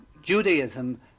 Judaism